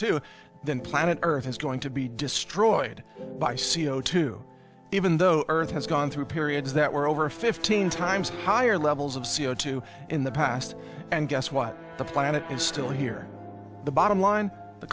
two than planet earth is going to be destroyed by c o two even though earth has gone through periods that were over fifteen times higher levels of c o two in the past and guess what the planet is still here the bottom line the